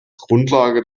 grundlage